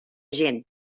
gent